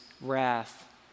wrath